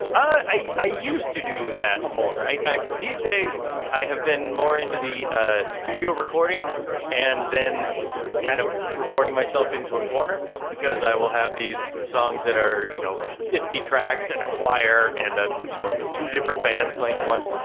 i i used to do that more. i i these days i have been more into the ah studio recording and then kind of recording myself into a corner because i will have these songs that are, you know, fifty tracks and a choir and, ah you know, two different bands playing at once.